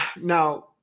Now